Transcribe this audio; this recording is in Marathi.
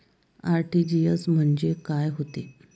आर.टी.जी.एस म्हंजे काय होते?